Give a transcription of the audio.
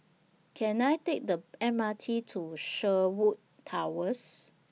Can I Take The M R T to Sherwood Towers